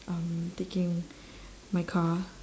um taking my car